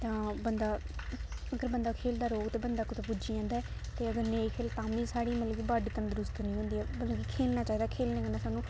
तां हां बंदा अगर बंदा खेलदा रौह्गा तां बंदा कुदै पुज्जी जंदा ऐ ते अगर नेईं खेलै ते तां बी साढ़ी मतलब कि बॉड्डी तंदरुस्त निं होंदी ऐ मतलब कि खेलना चाहिदा खेलने कन्नै सानूं